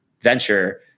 venture